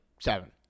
seven